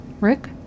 rick